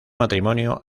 matrimonio